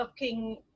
looking